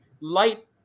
light